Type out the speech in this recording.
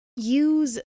Use